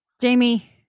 Jamie